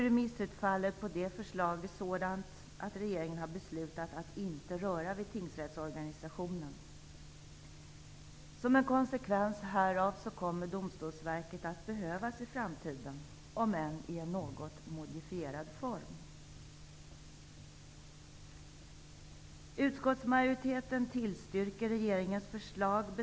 Remissutfallet på det förslaget blev emellertid sådant att regeringen har beslutat att inte röra vid tingsrättsorganisationen. Som en konsekvens härav kommer Domstolsverket att behövas i framtiden, om än i en något modifierad form.